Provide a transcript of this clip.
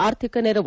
ಆರ್ಥಿಕ ನೆರವು